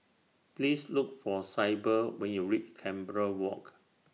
Please Look For Syble when YOU REACH Canberra Walk